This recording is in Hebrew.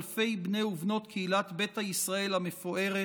אלפי בני ובנות קהילת בית ישראל המפוארת,